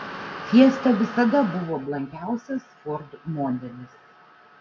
fiesta visada buvo blankiausias ford modelis